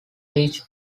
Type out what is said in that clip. reach